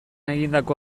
egindako